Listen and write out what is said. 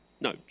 No